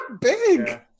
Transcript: big